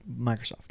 Microsoft